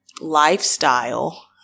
lifestyle